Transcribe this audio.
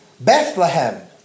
Bethlehem